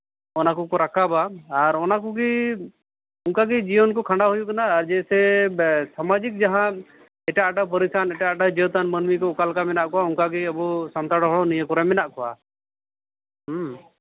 ᱚᱱᱟ ᱠᱚᱠᱚ ᱨᱟᱠᱟᱵᱟ ᱟᱨ ᱚᱱᱟ ᱠᱚᱜᱮ ᱚᱱᱠᱟᱜᱮ ᱡᱤᱭᱚᱱ ᱠᱚ ᱠᱷᱟᱱᱰᱟᱣ ᱦᱩᱭᱩᱜ ᱠᱟᱱᱟ ᱟᱨ ᱡᱮᱭᱥᱮ ᱥᱟᱢᱟᱡᱤᱠ ᱡᱟᱦᱟᱸ ᱮᱴᱟᱜ ᱮᱴᱟᱜ ᱯᱟᱹᱨᱤᱥᱟᱱ ᱮᱴᱟᱜ ᱮᱴᱟᱜ ᱡᱟᱹᱛᱟᱱ ᱢᱟᱹᱱᱢᱤ ᱠᱚ ᱚᱠᱟ ᱞᱮᱠᱟ ᱢᱮᱱᱟᱜ ᱠᱚ ᱚᱱᱠᱟᱜᱮ ᱟᱵᱚ ᱥᱟᱱᱛᱟᱲ ᱦᱚᱲ ᱱᱤᱭᱟᱹ ᱠᱚᱨᱮᱜ ᱢᱮᱱᱟᱜ ᱠᱚᱣᱟ